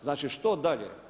Znači što dalje?